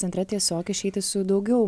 centre tiesiog išeiti su daugiau